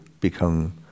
become